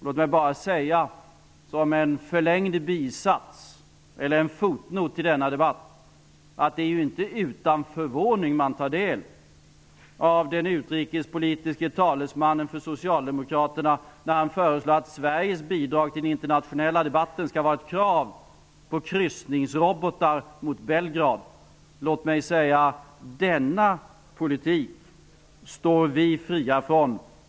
Låt mig bara säga, som en förlängd bisats eller fotnot till denna debatt, att det inte är utan förvåning man tar del av socialdemokraternas utrikespolitiske talesmans förslag om att Sveriges bidrag till den internationella debatten skall vara ett krav på kryssningsrobotar mot Belgrad. Denna politik står vi fria från.